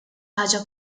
ħaġa